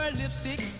lipstick